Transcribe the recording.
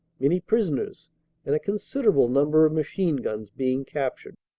many prison ers and a considerable number of machine-guns being cap tured.